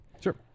Sure